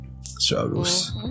struggles